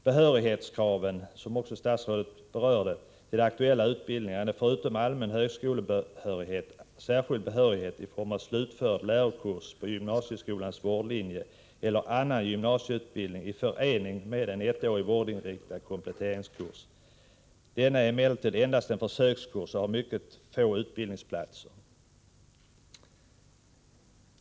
Behörighetskraven, som också statsrådet berörde, till de aktuella utbildningarna är, förutom allmän högskolebehörighet, särskild behörighet i form av slutförd lärokurs på gymnasieskolans vårdlinje eller annan gymnasieutbildning i förening med ettårig vårdinriktad kompletteringskurs. Denna är emellertid endast en försökskurs och har mycket få utbildningsplatser.